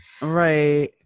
Right